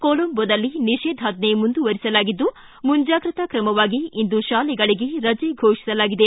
ಕೋಲಂಬೋದಲ್ಲಿ ನಿಷೇಧಾಜ್ಞೆ ಮುಂದುವರಿಸಲಾಗಿದ್ದು ಮುಂಜಾಗ್ರತಾ ಕ್ರಮವಾಗಿ ಇಂದು ಶಾಲೆಗಳಿಗೆ ರಜೆ ಘೋಷಿಸಲಾಗಿದೆ